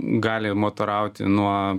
gali motorauti nuo